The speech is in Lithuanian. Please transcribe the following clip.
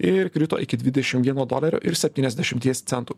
ir krito iki dvidešim vieno dolerio ir septyniasdešimties centų